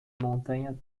montanha